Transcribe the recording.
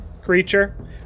creature